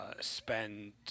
spend